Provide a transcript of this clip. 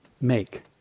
make